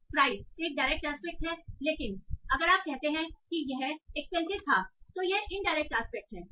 जैसे प्राइस एक direct aspect है लेकिन अगर आप कहते हैं कि यह एक्सपेंसिव था तो यह इनडायरेक्ट आस्पेक्ट है